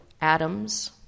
atoms